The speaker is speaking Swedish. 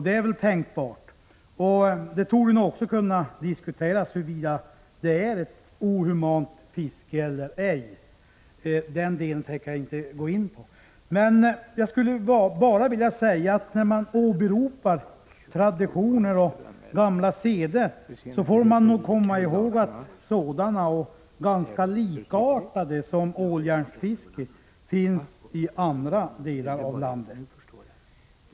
Det är tänkbart att det förhåller sig så. Det kan nog också diskuteras huruvida detta är ett ”ohumant” fiske eller ej — den delen tänker jag inte gå in på. Men när man åberopar traditioner och gamla seder så får man nog komma ihåg att sådant, ganska likartat åljärnsfiske, finns i andra delar av landet.